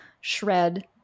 shred